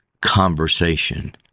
conversation